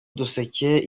uduseke